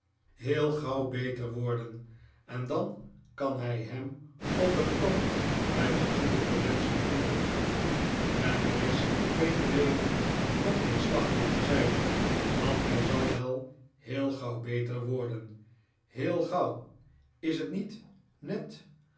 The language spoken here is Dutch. heel gauw beter worden en dan kan hij hem op het land bij fatsoenlijke menschen onderbrengen en er is geen reden om neerslachtig te zijn want hij zal wel heel gauw beter worden heel gauw is t niet ned